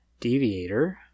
Deviator